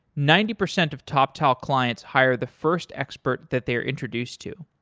ninety percent of toptal clients hire the first expert that they're introduced to.